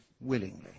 willingly